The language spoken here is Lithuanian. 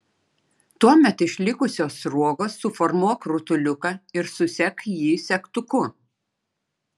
tuomet iš likusios sruogos suformuok rutuliuką ir susek jį segtuku